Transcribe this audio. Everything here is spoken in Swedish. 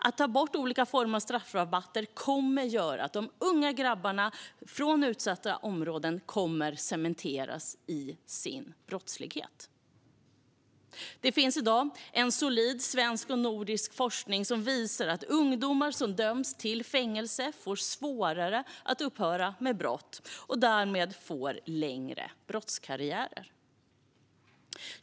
Att ta bort olika former av straffrabatter kommer att göra att de unga grabbarna från utsatta områden cementeras i sin brottslighet. Det finns i dag solid svensk och nordisk forskning som visar att ungdomar som döms till fängelse får svårare att upphöra med brott och därmed får längre brottskarriärer.